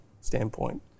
standpoint